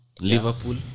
Liverpool